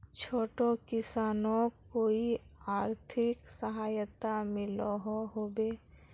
छोटो किसानोक कोई आर्थिक सहायता मिलोहो होबे?